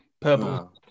Purple